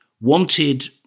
wanted